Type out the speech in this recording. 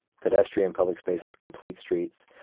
pedestrian public spaces, complete streets,